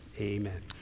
Amen